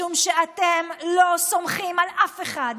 משום שאתם לא סומכים על אף אחד.